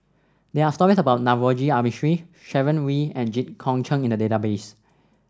there are stories about Navroji R Mistri Sharon Wee and Jit Koon Ch'ng in the database